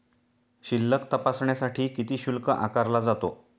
शिल्लक तपासण्यासाठी किती शुल्क आकारला जातो?